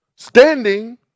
Standing